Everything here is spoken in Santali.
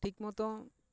ᱴᱷᱤᱠ ᱢᱚᱛᱚ